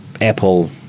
Apple